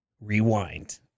rewind